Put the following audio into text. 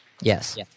Yes